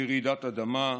ברעידת אדמה,